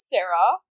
Sarah